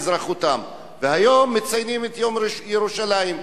היום מציינים את יום ירושלים,